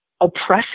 oppressive